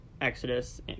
Exodus